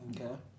Okay